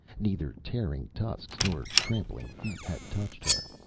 neither tearing tusks nor trampling feet had touched her.